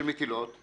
של מטילות,